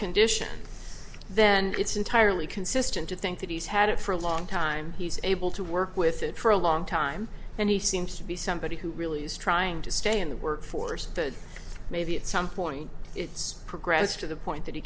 condition then it's entirely consistent to think that he's had it for a long time he's able to work with it for a long time and he seems to be somebody who really is trying to stay in the workforce maybe at some point it's progress to the point that